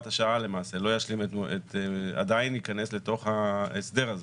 השעה לא ישלים עדיין ייכנס לתוך ההסדר הזה.